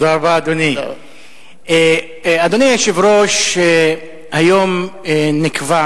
אדוני היושב-ראש, היום נקבע